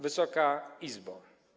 Wysoka Izbo!